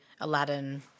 Aladdin